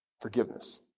forgiveness